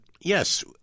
yes